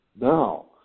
Now